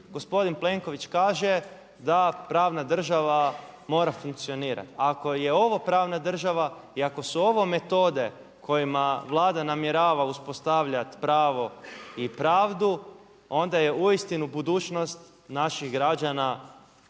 gospodin Plenković kaže da pravna država mora funkcionirati. Ako je ovo pravna država i ako su ovo metode kojima Vlada namjerava uspostavljat pravo i pravdu onda je uistinu budućnost naših građana crna.